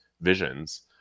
visions